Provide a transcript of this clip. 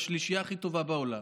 בשלישייה הכי טובה בעולם.